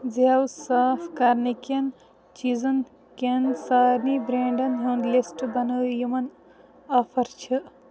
زٮ۪و صاف کرنہٕ کٮ۪ن چیٖزَن کٮ۪ن سارنی برٛینٛڈَن ہُنٛد لِسٹ بَنٲیِو یِمَن آفر چھِ